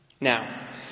Now